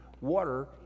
water